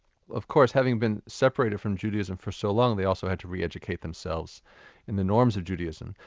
of course, having been separated from judaism for so long, they also had to re-educate themselves in the norms of judaism.